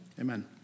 Amen